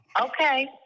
Okay